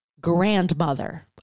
grandmother